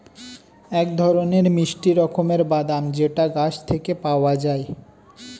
এক ধরনের মিষ্টি রকমের বাদাম যেটা গাছ থেকে পাওয়া যায়